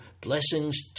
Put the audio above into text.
blessings